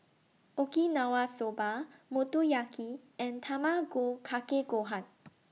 Okinawa Soba Motoyaki and Tamago Kake Gohan